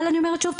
אבל אני אומרת שוב,